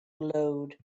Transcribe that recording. glowed